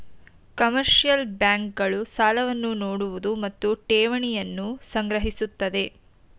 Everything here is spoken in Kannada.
ಕಮರ್ಷಿಯಲ್ ಬ್ಯಾಂಕ್ ಗಳು ಸಾಲವನ್ನು ನೋಡುವುದು ಮತ್ತು ಠೇವಣಿಯನ್ನು ಸಂಗ್ರಹಿಸುತ್ತದೆ